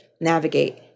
navigate